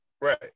right